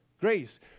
Grace